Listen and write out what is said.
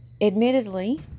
Admittedly